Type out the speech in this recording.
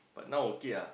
but now okay ah